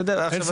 אתה יודע.